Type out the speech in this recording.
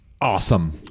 Awesome